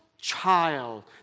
child